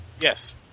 Yes